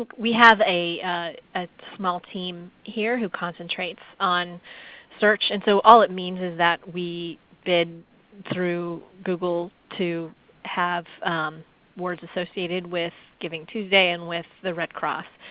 we have a small team here who concentrates on search. and so all it means is that we bid through google to have words associated with givingtuesday and with the red cross,